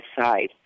side